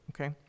okay